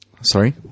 Sorry